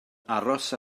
aros